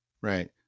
right